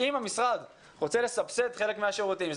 אם המשרד רוצה לסבסד חלק מהשירותים,